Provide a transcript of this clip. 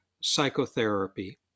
psychotherapy